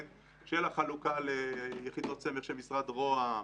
- החלוקה ליחידות סמך של משרד רוה"מ,